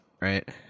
Right